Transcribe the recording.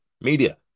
media